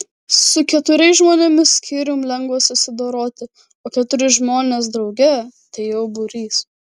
su keturiais žmonėmis skyrium lengva susidoroti o keturi žmonės drauge tai jau būrys